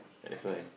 that's why